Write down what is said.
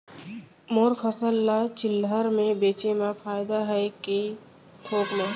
मोर फसल ल चिल्हर में बेचे म फायदा है के थोक म?